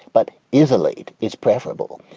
but easily it is preferable.